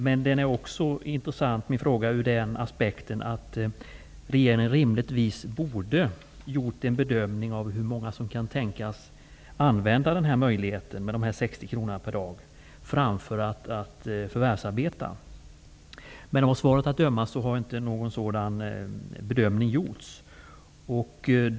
Min fråga är också intressant så till vida att regeringen rimligtvis borde ha gjort en bedömning för att se hur många som kan tänkas använda möjligheten att få 60 kr per dag i stället för att förvärvsarbeta. Av svaret att döma har någon sådan bedömning inte gjorts.